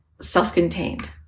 self-contained